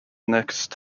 next